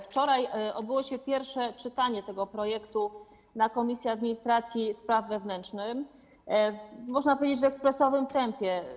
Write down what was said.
Wczoraj odbyło się pierwsze czytanie tego projektu na posiedzeniu Komisji Administracji i Spraw Wewnętrznych, można powiedzieć, w ekspresowym tempie.